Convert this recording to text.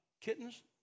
kittens